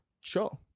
Sure